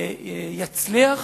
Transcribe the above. יצליח.